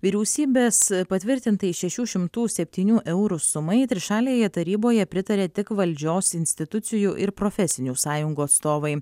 vyriausybės patvirtintai šešių šimtų septynių eurų sumai trišalėje taryboje pritarė tik valdžios institucijų ir profesinių sąjungų atstovai